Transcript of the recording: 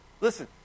Listen